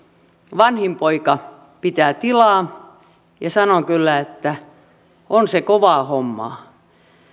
vanhin poika pitää tilaa ja sanon kyllä että on se kovaa hommaa